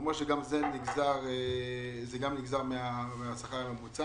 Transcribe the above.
הוא אומר שגם זה נגזר מהשכר הממוצע.